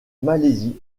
malaisie